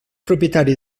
propietari